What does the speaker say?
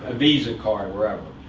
ah visa card, wherever.